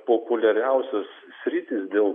populiariausios sritys dėl